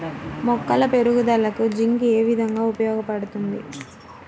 మొక్కల పెరుగుదలకు జింక్ ఏ విధముగా ఉపయోగపడుతుంది?